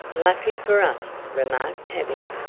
lucky for us, remarked tavia.